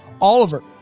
Oliver